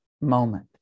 moment